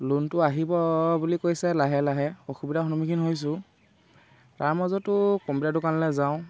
লোনটো আহিব বুলি কৈছে লাহে লাহে অসুবিধাৰ সন্মুখীন হৈছোঁ তাৰ মাজতো কম্পিউটাৰ দোকানলৈ যাওঁ